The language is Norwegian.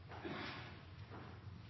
Ja,